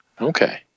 Okay